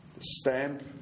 stamp